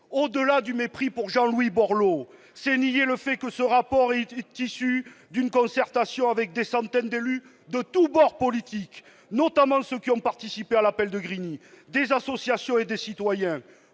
Au-delà du mépris pour Jean-Louis Borloo, c'est nier que le rapport est issu d'une concertation avec des centaines d'élus de tous bords politiques, notamment ceux qui ont participé à l'appel de Grigny, des associations et des citoyens.